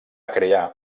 crear